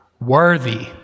worthy